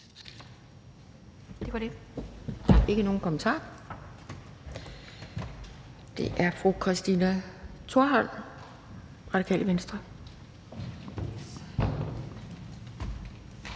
Det var det. Der er ikke nogen kommentarer. Så er det fru Christina Thorholm, Radikale Venstre. Kl.